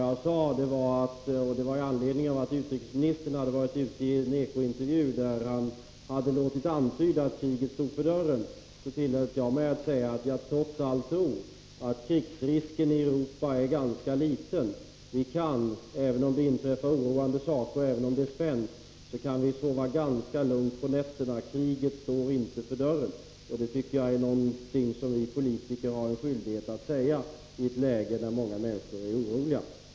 Anledningen till mitt uttalande var att utrikesministern i en ekointervju hade låtit antyda att kriget stod för dörren. Då tillät jag mig säga att jag trots allt tror att krigsrisken i Europa är ganska liten. Även om det inträffar oroande saker och är spänt kan vi sova ganska lugnt på nätterna. Kriget står inte för dörren. Det tycker jag vi politiker har en skyldighet att säga i ett läge där många människor är oroliga.